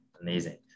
amazing